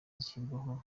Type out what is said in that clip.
zishyirwaho